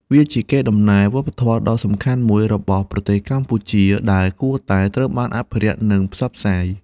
វាជាកេរដំណែលវប្បធម៌ដ៏សំខាន់មួយរបស់ប្រទេសកម្ពុជាដែលគួរតែត្រូវបានអភិរក្សនិងផ្សព្វផ្សាយ។